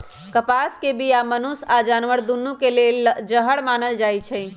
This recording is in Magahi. कपास के बीया मनुष्य आऽ जानवर दुन्नों के लेल जहर मानल जाई छै